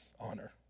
honor